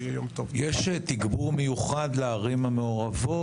יש תגבור מיוחד לערים המעורבות?